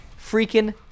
freaking